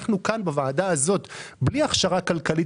אנחנו כאן בוועדה הזאת בלי הכשרה כלכלית